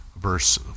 verse